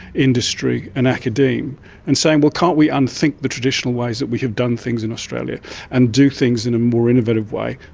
industry and academe and saying but can't we unthink the traditional ways that we have done things in australia and do things in a more innovative way,